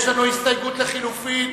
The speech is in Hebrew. יש לנו הסתייגות לחלופין.